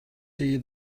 see